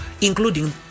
including